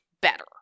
better